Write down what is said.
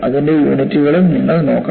ഇതിൻറെ യൂണിറ്റുകളും നിങ്ങൾ നോക്കണം